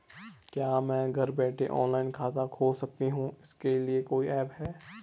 क्या मैं घर बैठे ऑनलाइन खाता खोल सकती हूँ इसके लिए कोई ऐप है?